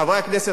חברי הכנסת,